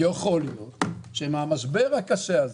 יכול להיות שהמשבר הקשה הזה,